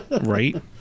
Right